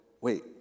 wait